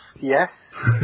Yes